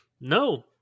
no